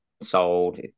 sold